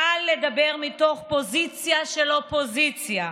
קל לדבר מתוך פוזיציה של אופוזיציה.